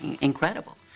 incredible